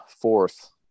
fourth